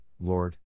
Lord